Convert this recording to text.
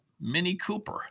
mini-cooper